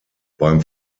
beim